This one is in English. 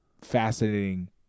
fascinating